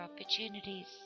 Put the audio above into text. opportunities